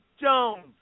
Jones